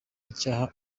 icyaha